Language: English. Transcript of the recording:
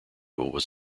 was